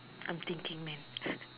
I'm thinking man